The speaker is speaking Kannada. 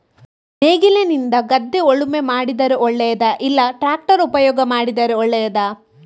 ನೇಗಿಲಿನಿಂದ ಗದ್ದೆ ಉಳುಮೆ ಮಾಡಿದರೆ ಒಳ್ಳೆಯದಾ ಇಲ್ಲ ಟ್ರ್ಯಾಕ್ಟರ್ ಉಪಯೋಗ ಮಾಡಿದರೆ ಒಳ್ಳೆಯದಾ?